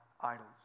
idols